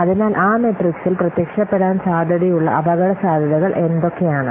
അതിനാൽ ആ മെട്രിക്സിൽ പ്രത്യക്ഷപ്പെടാൻ സാധ്യതയുള്ള അപകടസാധ്യതകൾ എന്തൊക്കെയാണ്